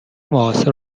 معاصر